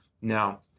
Now